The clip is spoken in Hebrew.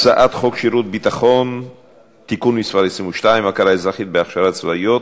הצעת חוק שירות ביטחון (תיקון מס' 22) (הכרה אזרחית בהכשרות צבאיות),